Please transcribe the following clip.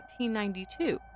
1992